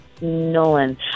Nolan